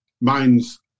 mine's